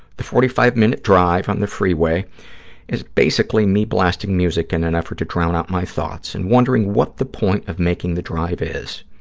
the forty five minute drive on the freeway is basically me blasting music in an effort to drown out my thoughts and wondering what the point of making the drive is.